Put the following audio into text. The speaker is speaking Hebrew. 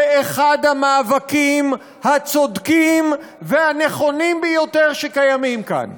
זה אחד המאבקים הצודקים והנכונים ביותר שקיימים כאן.